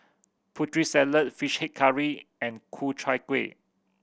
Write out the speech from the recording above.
Putri Salad Fish Head Curry and Ku Chai Kuih